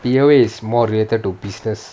P_O_A is more related to business